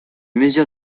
mesure